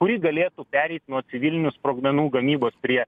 kuri galėtų pereit nuo civilinių sprogmenų gamybos prie